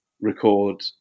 record